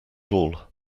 all